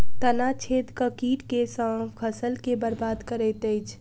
तना छेदक कीट केँ सँ फसल केँ बरबाद करैत अछि?